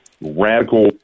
radical